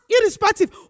irrespective